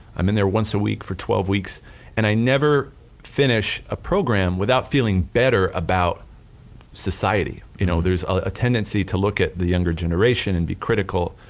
i'm in there once a week for twelve weeks and i never finish a program without feeling better about society. you know there is a tendency to look at the younger generation and be critical,